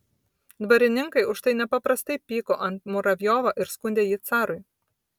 dvarininkai už tai nepaprastai pyko ant muravjovo ir skundė jį carui